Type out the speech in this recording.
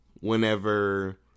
Whenever